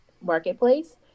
marketplace